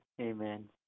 Amen